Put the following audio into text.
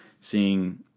seeing